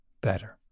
better